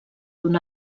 d’un